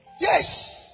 Yes